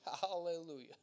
Hallelujah